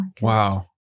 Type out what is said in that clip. Wow